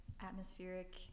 atmospheric